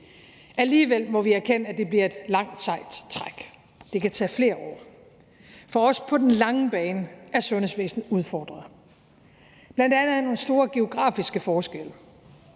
Alligevel må vi erkende, at det bliver et langt, sejt træk. Det kan tage flere år, for også på den lange bane er sundhedsvæsenet udfordret, bl.a. af nogle store geografiske forskelle.